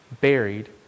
buried